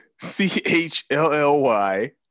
C-H-L-L-Y